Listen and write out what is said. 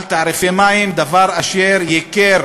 על תעריפי מים, דבר אשר ייקר